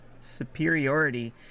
superiority